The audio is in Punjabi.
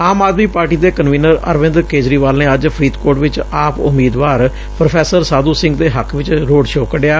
ਆਮ ਆਦਮੀ ਪਾਰਟੀ ਦੇ ਕਨਵੀਨਰ ਅਰਵਿੰਦ ਕੇਜਰੀਵਾਲ ਨੇ ਅੱਜ ਫਰੀਦਕੋਟ ਚ ਆਪ ਉਮੀਦਵਾਰ ਪ੍ਰੋ ਸਾਧੂ ਸਿੰਘ ਦੇ ਹੱਕ ਚ ਰੋਡ ਸ਼ੋਅ ਕੱਢਿਆ